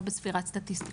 לא בספירת סטטיסטיקות,